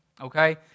Okay